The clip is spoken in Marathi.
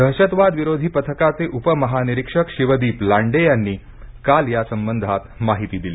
दहशतवादविरोधी पथकाचे उप महानिरीक्षक शिवदीप लांडे यांनी काल या संबंधात माहिती दिली